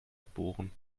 geboren